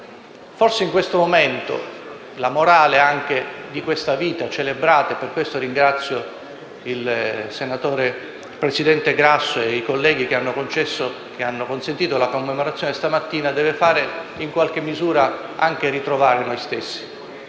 Forse in questo momento, la morale di questa vita celebrata - di questo ringrazio il presidente Grasso e i colleghi, che hanno consentito questa commemorazione stamattina - ci deve fare in qualche misura anche ritrovare noi stessi.